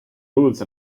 rules